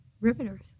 riveters